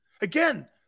Again